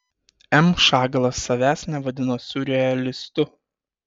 m šagalas savęs nevadino siurrealistu